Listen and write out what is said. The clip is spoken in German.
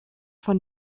von